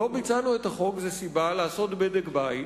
"לא ביצענו את החוק" זו סיבה לעשות בדק בית